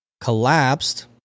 collapsed